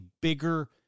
bigger